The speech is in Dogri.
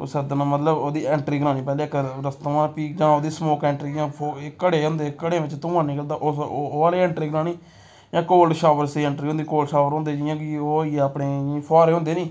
ओह् सद्दना मतलब ओह्दी ऐंट्री करानी पैह्लें रस्ते थमां जां ओह्दी स्मोक ऐंट्री इ'यां फोग घड़े होंदे घड़ें बिच्च धुआं निकलदा ओह् ओह् आह्ली ऐंट्री करानी जां कोल्ड शावर ऐंट्री होंदी कोल्ड शावर होंदे जियां कि ओह् होई गेआ अपने इ'यां फुहारे होंदे नी